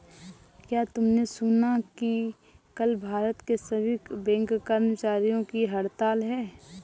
क्या तुमने सुना कि कल भारत के सभी बैंक कर्मचारियों की हड़ताल है?